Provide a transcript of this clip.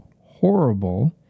horrible